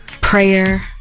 Prayer